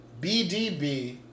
BDB